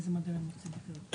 באיזה מודל הם רוצים לחיות.